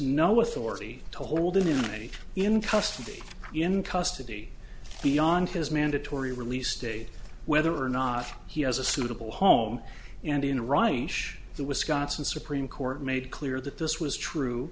no authority to hold immunity in custody in custody beyond his mandatory release date whether or not he has a suitable home and in rajesh the wisconsin supreme court made clear that this was true